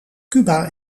cuba